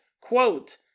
Quote